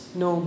no